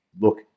look